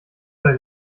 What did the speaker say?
der